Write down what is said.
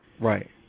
Right